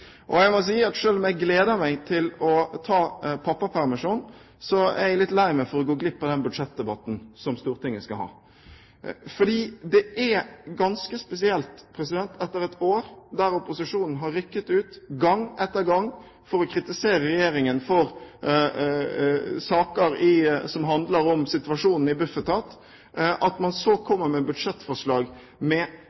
Jeg må si at selv om jeg gleder meg til å ta pappapermisjon, er jeg litt lei meg for å gå glipp av den budsjettdebatten som Stortinget skal ha. Det er ganske spesielt etter et år der opposisjonen har rykket ut gang etter gang for å kritisere regjeringen for saker som handler om situasjonen i Bufetat, at man så